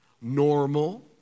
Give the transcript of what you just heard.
normal